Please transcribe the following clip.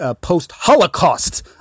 post-Holocaust